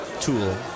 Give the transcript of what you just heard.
tool